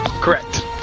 Correct